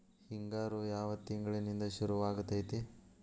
ಹಿಂಗಾರು ಯಾವ ತಿಂಗಳಿನಿಂದ ಶುರುವಾಗತೈತಿ?